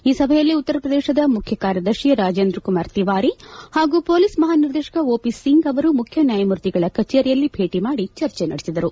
ಈ ಸಭೆಯಲ್ಲಿ ಉತ್ತರ ಪ್ರದೇಶದ ಮುಖ್ಯಕಾರ್ಯದರ್ಶಿ ರಾಜೇಂದ್ರ ಕುಮಾರ ತಿವಾರಿ ಹಾಗೂ ಪೊಲೀಸ್ ಮಹಾನಿರ್ದೇಶಕ ಒ ಪಿ ಸಿಂಗ್ ಅವರು ಮುಖ್ಯ ನ್ಯಾಯಮೂರ್ತಿಗಳ ಕಚೇರಿಯಲ್ಲಿ ಭೇಟ ಮಾಡಿ ಚರ್ಚೆ ನಡೆಸಿದರು